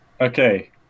Okay